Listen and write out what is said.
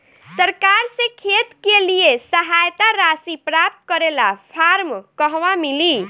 सरकार से खेत के लिए सहायता राशि प्राप्त करे ला फार्म कहवा मिली?